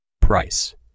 Price